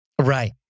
Right